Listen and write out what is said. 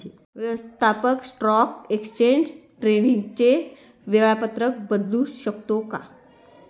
व्यवस्थापक stock exchange ट्रेडिंगचे वेळापत्रक बदलू शकतो का?